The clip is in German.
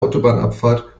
autobahnabfahrt